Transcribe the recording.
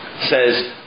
says